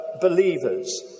believers